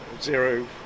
zero